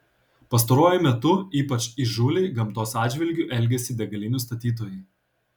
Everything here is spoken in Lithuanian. pastaruoju metu ypač įžūliai gamtos atžvilgiu elgiasi degalinių statytojai